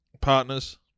partners